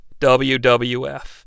WWF